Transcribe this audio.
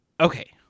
Okay